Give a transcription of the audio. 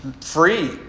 free